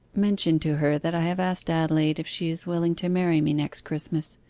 mention to her that i have asked adelaide if she is willing to marry me next christmas.